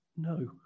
No